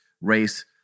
race